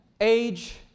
Age